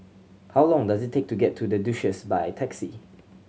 how long does it take to get to The Duchess by taxi